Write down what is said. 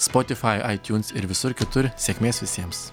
spotifai aitiuns ir visur kitur sėkmės visiems